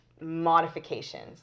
modifications